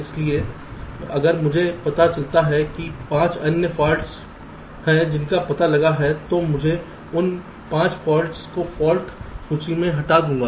इसलिए अगर मुझे पता चलता है कि 5 अन्य फाल्ट हैं जिनका पता लगा हैं तो मुझे उन 5 फॉल्ट्स को फॉल्ट सूची से हटा दूंगा